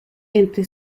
entre